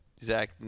Zach